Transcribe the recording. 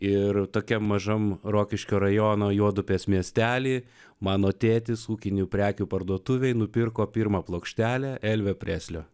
ir tokiam mažam rokiškio rajono juodupės miestely mano tėtis ūkinių prekių parduotuvėje nupirko pirmą plokštelę elvio preslio